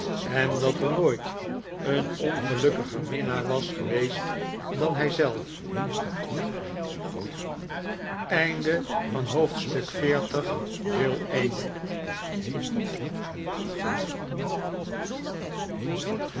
en dat er nooit een ongelukkiger minnaar was geweest dan hij zelf